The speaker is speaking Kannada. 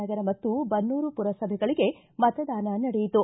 ನಗರ ಮತ್ತು ಬನ್ನೂರು ಪುರಸಭೆಗಳಿಗೆ ಮತದಾನ ನಡೆಯಿತು